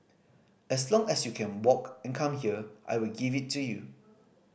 as long as you can walk and come here I will give it to you